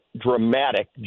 dramatic